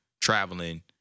traveling